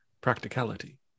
practicality